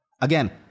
Again